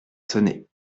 sonné